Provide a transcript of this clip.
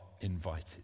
invited